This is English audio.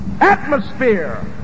atmosphere